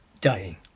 dying